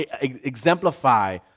exemplify